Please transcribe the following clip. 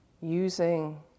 using